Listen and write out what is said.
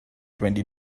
twenty